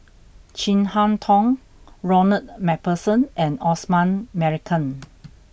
Chin Harn Tong Ronald MacPherson and Osman Merican